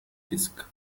fisk